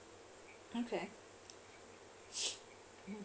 okay